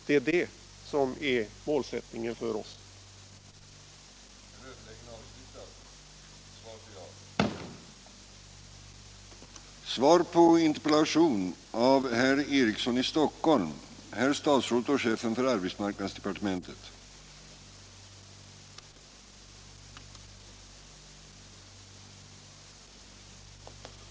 Det är det som är målsättningen för oss. § 8 Om lika lön för lika arbete oavsett ålder